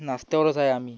नाश्त्यावरच आहे आम्ही